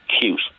cute